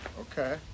okay